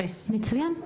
מצוין.